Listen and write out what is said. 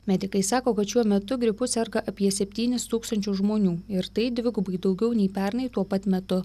medikai sako kad šiuo metu gripu serga apie septynis tūkstančius žmonių ir tai dvigubai daugiau nei pernai tuo pat metu